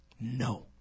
No